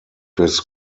his